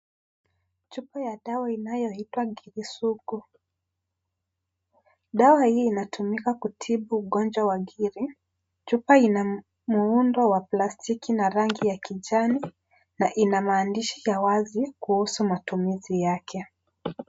Chupa ya dawa inaitwa ngiri sugu dawa hii inatumika kutibu ugonjwa wa ngiri chupa ina muundo wa plastiki na rangi ya kijani na ina maandishi ya wazi kuhusu matumizi yake.